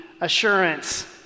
assurance